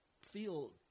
feel –